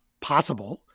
possible